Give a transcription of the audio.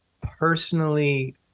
personally